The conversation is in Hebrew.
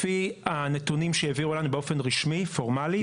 לפי הנתונים שהעבירו לנו באופן רשמי פורמלי,